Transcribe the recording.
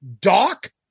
Doc